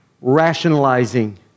rationalizing